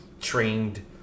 trained